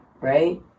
right